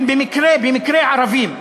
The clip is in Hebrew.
הם במקרה, במקרה, ערבים.